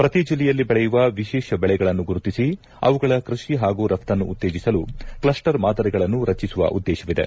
ಪ್ರತೀ ಜಿಲ್ಲೆಯಲ್ಲಿ ಬೆಳೆಯುವ ವಿಶೆಷ ಬೆಳೆಗಳನ್ನು ಗುರುತಿಸಿ ಅವುಗಳ ಕೃಷಿ ಹಾಗೂ ರಪ್ತನ್ನು ಉತ್ತೇಜಿಸಲು ಕಸ್ಟರ್ ಮಾದರಿಗಳನ್ನು ರಚಿಸುವ ಉದ್ದೇಶವಿದೆ